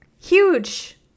huge